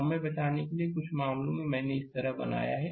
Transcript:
समय बचाने के लिए कुछ मामलों में मैंने इसे इस तरह बनाया है